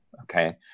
Okay